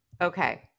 Okay